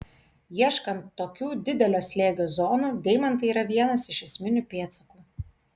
ieškant tokių didelio slėgio zonų deimantai yra vienas iš esminių pėdsakų